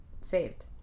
saved